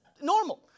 normal